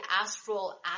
astral